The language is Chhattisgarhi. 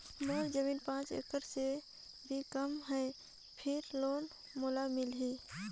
मोर जमीन पांच एकड़ से भी कम है फिर लोन मोला मिलही?